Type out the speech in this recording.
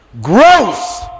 gross